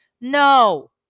No